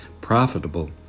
profitable